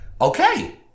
okay